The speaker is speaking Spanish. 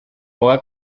poca